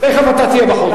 תיכף אתה תהיה בחוץ.